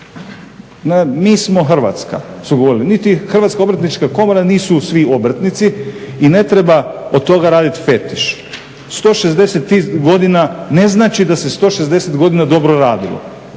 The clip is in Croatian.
Mi smo Hrvatska su govorili. Niti Hrvatska obrtnička komora nisu svi obrtnici i ne treba od toga raditi fetiš. …/Govornik se ne razumije./… godina ne znači da se 160 godina dobro radilo.